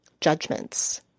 judgments